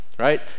right